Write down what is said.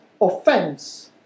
offense